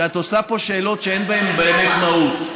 שאת עושה פה שאלות שאין בהן באמת מהות.